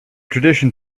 tradition